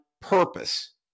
purpose